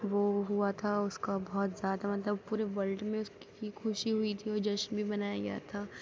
وہ ہُوا تھا اُس کا بہت زیادہ مطلب پورے ولڈ میں اُس کی خوشی ہوئی تھی اور جشن بھی منایا گیا تھا